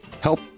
help